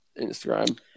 Instagram